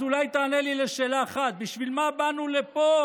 אז אולי תענה לי על שאלה אחת: בשביל מה באנו לפה?